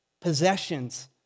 possessions